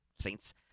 Saints